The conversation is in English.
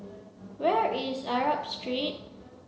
where is Arab Street